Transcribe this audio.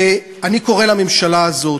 ואני קורא לממשלה הזאת,